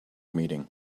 meeting